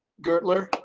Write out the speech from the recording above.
gertler,